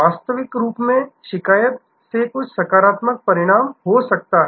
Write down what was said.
वास्तविक रूपमे शिकायत से कुछ सकारात्मक हो सकता है